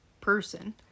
person